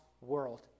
world